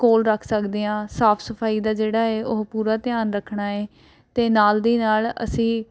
ਕੋਲ ਰੱਖ ਸਕਦੇ ਹਾਂ ਸਾਫ ਸਫਾਈ ਦਾ ਜਿਹੜਾ ਹੈ ਉਹ ਪੂਰਾ ਧਿਆਨ ਰੱਖਣਾ ਹੈ ਅਤੇ ਨਾਲ ਦੀ ਨਾਲ ਅਸੀਂ